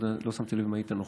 לא שמתי לב אם היית נוכח,